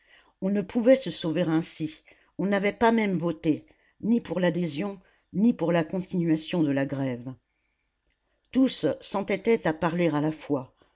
on ne pouvait se sauver ainsi on n'avait pas même voté ni pour l'adhésion ni pour la continuation de la grève tous s'entêtaient à parler à la fois